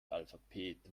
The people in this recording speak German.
alphabet